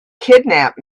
kidnap